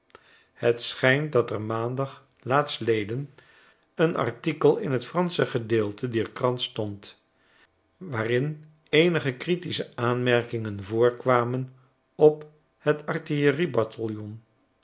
het schijnt dat er maandag laatstleden een artikel in t fransche gedeelte dier krant stond waarin eenige critische aanmerkingen voorkwamen op het